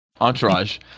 Entourage